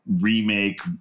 remake